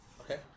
Okay